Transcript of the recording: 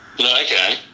Okay